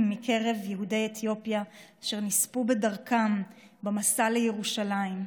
מקרב יהודי אתיופיה אשר נספו בדרכם במסע לירושלים.